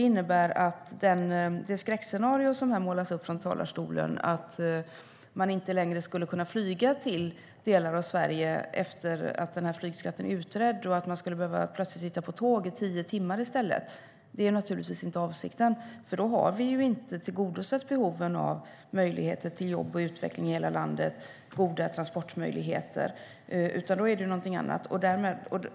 Det skräckscenario som målas upp i talarstolen - att man inte längre skulle kunna flyga till delar av Sverige efter att flygskatten är utredd och att man plötsligt skulle behöva sitta på tåget i tio timmar i stället - är naturligtvis inte avsikten. Då har vi ju inte tillgodosett behoven av möjligheter till jobb och utveckling i hela landet och goda transportmöjligheter, utan då är det någonting annat.